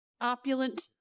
Opulent